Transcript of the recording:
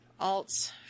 alts